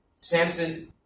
Samson